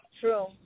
True